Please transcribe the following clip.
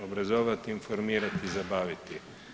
Obrazovati, informirati, zabaviti.